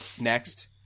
next